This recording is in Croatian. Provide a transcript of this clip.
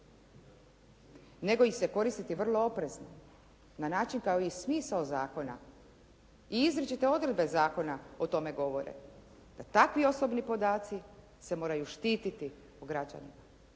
nego ih se koristiti vrlo oprezno na način kao i smisao zakon i izričite odredbe toga zakona o tome govore, da takvi osobni podaci se moraju štititi o građanima